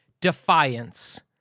Defiance